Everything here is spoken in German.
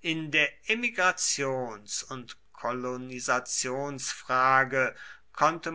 in der emigrations und kolonisationsfrage konnte